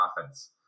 offense